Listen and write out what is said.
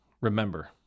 Remember